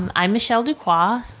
i'm michelle dookwah.